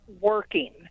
working